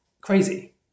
Crazy